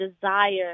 desire